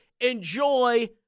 Enjoy